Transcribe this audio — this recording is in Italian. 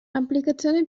applicazioni